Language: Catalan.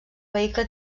vehicle